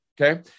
Okay